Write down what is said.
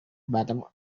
bottom